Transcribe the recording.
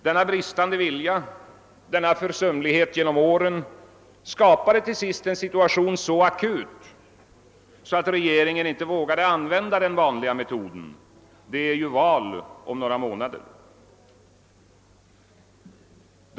Denna bristande vilja, denna försumlighet under årens lopp, skapade till sist en situation så akut att regeringen inte vågade använda den vanliga metoden. Det är ju val om några månader.